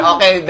Okay